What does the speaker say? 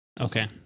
Okay